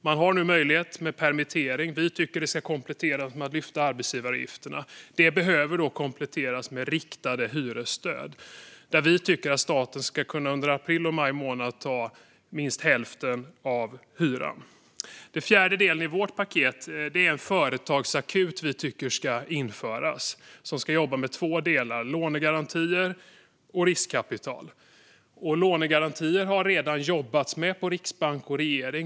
Man har nu möjligheten till permittering, men vi tycker att den ska kompletteras med att lyfta bort arbetsgivaravgifterna. Detta behöver kompletteras med riktade hyresstöd. Vi tycker att staten under april och maj ska kunna ta minst hälften av hyran. Den fjärde delen i vårt paket är en företagsakut som vi tycker ska införas. Den ska jobba med två saker: lånegarantier och riskkapital. Lånegarantier har Riksbanken och regeringen redan jobbat med.